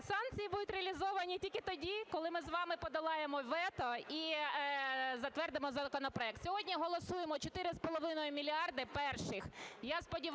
Санкції будуть реалізовані тільки тоді, коли ми з вами подолаємо вето і затвердимо законопроект. Сьогодні голосуємо 4,5 мільярда перших.